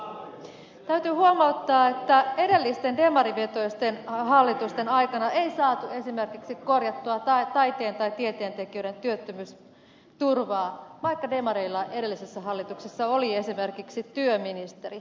täytyy huomauttaa että edellisten demarivetoisten hallitusten aikana ei saatu esimerkiksi korjattua taiteen tai tieteentekijöiden työttömyysturvaa vaikka demareilla edellisessä hallituksessa oli esimerkiksi työministeri